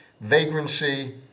vagrancy